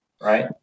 right